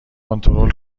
کنترل